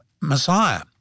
Messiah